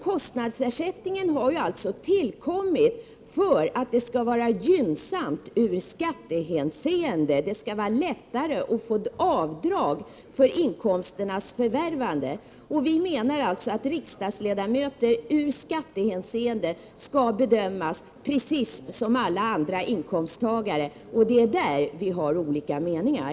Kostnadsersättningen har tillkommit för att det skall vara gynnsamt i skattehänseende. Det skall vara lättare att få ett avdrag för inkomsternas förvärvande. Vi menar att riksdagsledamöter i skattehänseende skall behandlas precis som alla andra inkomsttagare. Det är på den punkten Olle Svensson och jag har olika meningar.